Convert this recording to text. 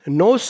no